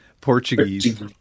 Portuguese